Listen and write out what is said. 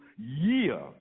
year